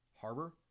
harbor